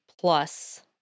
plus